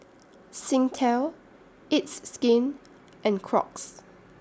Singtel It's Skin and Crocs